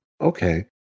okay